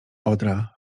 odra